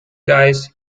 guys